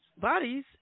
bodies